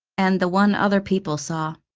and the one other people saw.